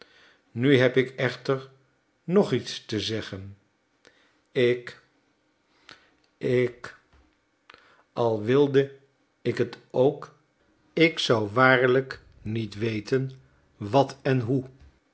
nu heb ik echter nog niets te zeggen ik ik al wilde ik het ook ik zou waarlijk niet weten wat en hoe